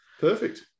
Perfect